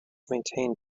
maintained